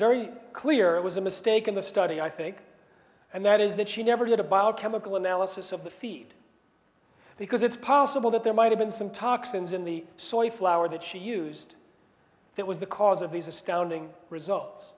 very clear it was a mistake in the study i think and that is that she never did a bio chemical analysis of the feed because it's possible that there might have been some toxins in the soil flour that she used that was the cause of these astounding results